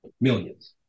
millions